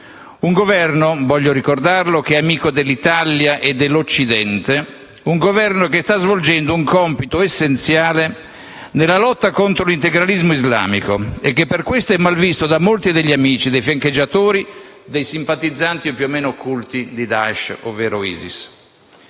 che - voglio ricordarlo - è amico dell'Italia e dell'Occidente. Un Governo che sta svolgendo un compito essenziale nella lotta contro l'integralismo islamico e che per questo è malvisto da molti degli amici, dei fiancheggiatori e dei simpatizzanti, più o meno occulti, di Daesh, ovvero ISIS.